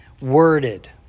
worded